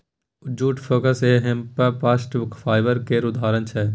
जुट, flax आ hemp bast fibre केर उदाहरण छै